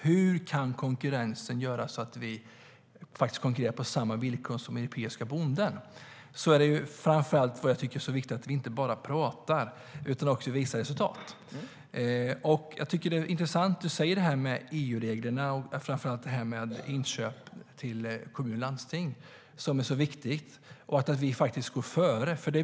Hur kan konkurrensen göra så att vi konkurrerar på samma villkor som europeiska bönder? Det jag framför allt tycker är viktigt är att vi inte bara pratar utan också visar resultat. Jag tycker att det är intressant, det du säger om EU-reglerna och framför allt om inköp till kommuner och landsting. Det är viktigt att vi går före.